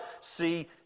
see